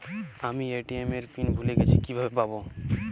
আমি এ.টি.এম এর পিন ভুলে গেছি কিভাবে পাবো?